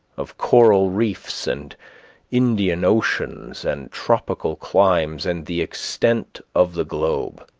of coral reefs, and indian oceans, and tropical climes, and the extent of the globe.